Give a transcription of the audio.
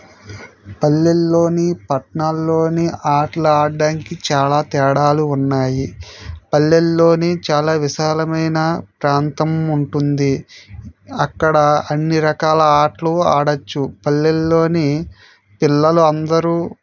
పల్లెలలో పట్నాలలో ఆటలు ఆడడానికి చాలా తేడాలు ఉన్నాయి పల్లెలలో చాలా విశాలమైన ప్రాంతం ఉంటుంది అక్కడ అన్నీ రకాల ఆటలు ఆడవచ్చు పల్లెలలో పిల్లలు అందరు